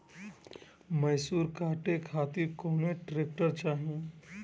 मैसूर काटे खातिर कौन ट्रैक्टर चाहीं?